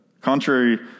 Contrary